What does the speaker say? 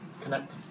connect